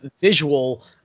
visual